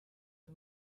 est